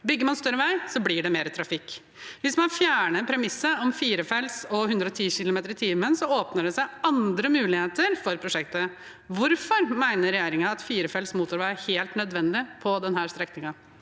Bygger man større vei, blir det mer trafikk. Hvis man fjerner premisset om fire felt og 110 km/t, åpner det seg andre muligheter for prosjektet. Hvorfor mener regjeringen at firefelts motorvei er helt nødvendig på denne strekningen?